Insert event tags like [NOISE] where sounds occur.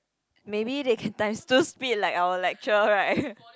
maybe they can times two speed like our lecture right [LAUGHS]